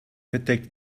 bedeckt